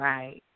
Right